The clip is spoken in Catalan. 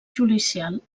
judicial